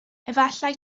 efallai